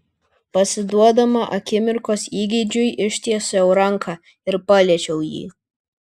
pasiduodama akimirkos įgeidžiui ištiesiau ranką ir paliečiau jį